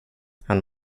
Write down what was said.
han